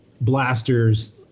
blasters